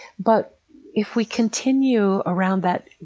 but if we continue around that,